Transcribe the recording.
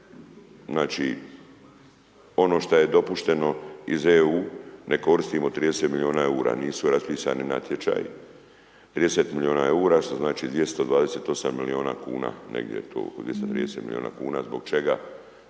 znači ono šta je dopušteno iz EU, ne koristimo 30 milijuna eura, nisu raspisani natječaji, 30 milijuna eura što znači 228 milijuna kuna, negdje